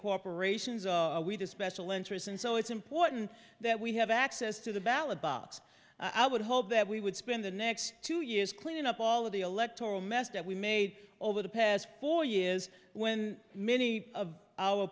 corporations are we to special interests and so it's important that we have access to the ballot box i would hope that we would spend the next two years cleaning up all of the electoral mess that we made over the past four years when many of our